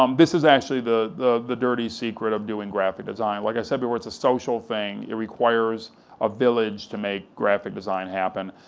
um this is actually the the dirty secret of doing graphic design, like i said before, it's a social thing, it requires a village to make graphic design happen,